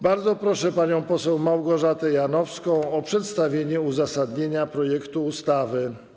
Bardzo proszę panią poseł Małgorzatę Janowską o przedstawienie uzasadnienia projektu ustawy.